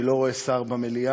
אני לא רואה שר במליאה,